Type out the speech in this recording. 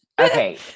Okay